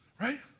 right